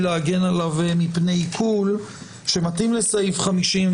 להגן עליו מפני עיקול ושמתאים לסעיף 50,